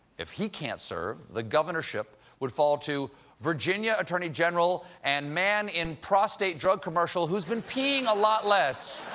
if he can't serve, the governorship would fall to virginia attorney general and man in prostate drug commercial who's been peeing a lot less